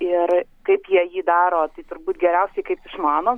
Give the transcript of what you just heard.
ir kaip jie jį daro tai turbūt geriausiai kaip išmano